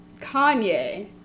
Kanye